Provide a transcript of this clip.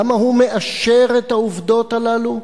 למה הוא מאשר את העובדות הללו?